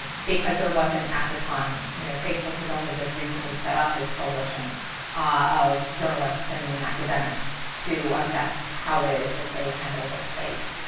because there wasn't at the time, you know, facebook has only just recently set up this coalition of journalists and academics to assess how it is that they handle this space.